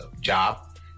job